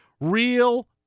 real